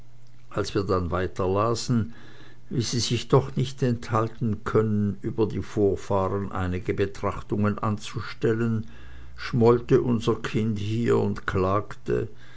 als wir dann weiterlasen wie sie sich doch nicht enthalten können über die vorfahren einige betrachtungen anzustellen schmollte unser kind hier und klagte